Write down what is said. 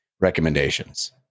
recommendations